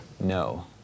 No